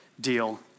deal